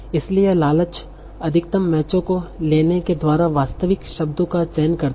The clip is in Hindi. इसलिए यह लालच अधिकतम मैचों को लेने के द्वारा वास्तविक शब्दों का चयन करता है